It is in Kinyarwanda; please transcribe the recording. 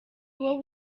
uwo